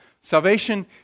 Salvation